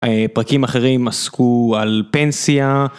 פרקים אחרים עסקו על פנסיה.